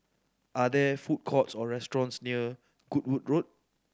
are there food courts or restaurants near Goodwood Road